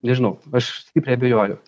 nežinau aš stipriai abejoju